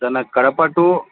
sir నాకు Kadapa two